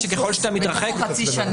בתוך החצי שנה.